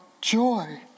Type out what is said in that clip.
joy